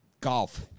Golf